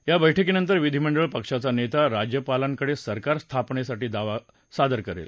या बैठकीनंतरच विधीमंडळ पक्षाचा नेता राज्यपालांकडे सरकार स्थापनेसाठी दावा सादर करेल